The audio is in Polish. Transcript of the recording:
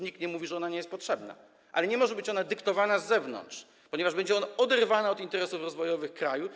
Nikt nie mówi, że ona nie jest potrzebna, ale nie może być ona dyktowana z zewnątrz, ponieważ będzie odrywana od interesów rozwojowych kraju.